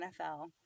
NFL